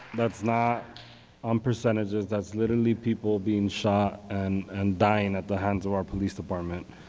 that's not on percentages. that's literally people being shot and and dying at the hands of our police department.